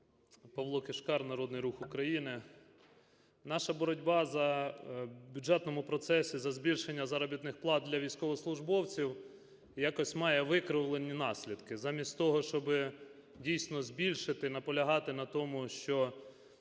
Павло Кишкар, Народний Рух України. Наша боротьба в бюджетному процесі за збільшення заробітних плат для військовослужбовців якісь має викривлені наслідки. Замість того, щоби дійсно збільшити, наполягати на тому, що